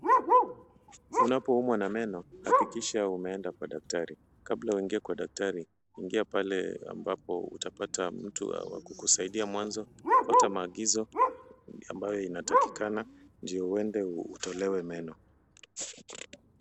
Unapo umwa na meno hakikisha unaenda kwa daktari. Kabla uingie kwa daktari ingia pale ambapo utapata mtu wa kukusaidia mwanzo pata maagizo. Hii inatakikana ndio huenda utolewe meno.